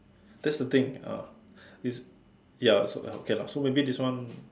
that's the thing uh is ya so okay lah so maybe this one